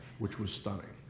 which was stunning.